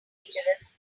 dangerous